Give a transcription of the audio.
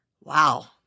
Wow